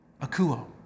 Akuo